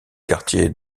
quartier